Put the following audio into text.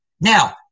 Now